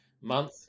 month